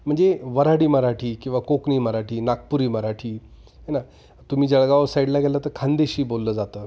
म्हणजे वऱ्हाडी मराठी किंवा कोकणी मराठी नागपुरी मराठी है ना तुम्ही जळगाव साईडला गेलं तर खानदेशी बोललं जातं